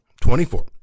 Twenty-four